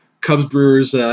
Cubs-Brewers